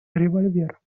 револьвер